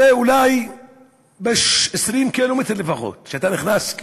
אולי 20 קילומטר לפחות, כשאתה נכנס,